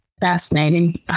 Fascinating